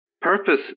Purpose